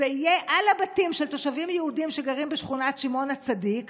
זה יהיה על הבתים של תושבים יהודים שגרים בשכונת שמעון הצדיק,